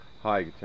hi